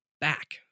back